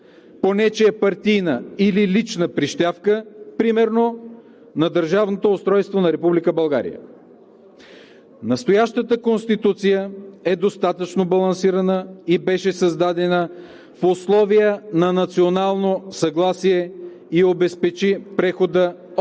по нечия партийна или лична прищявка – примерно на държавното устройство на Република България. Настоящата Конституция е достатъчно балансирана и беше създадена в условия на национално съгласие и обезпечи прехода от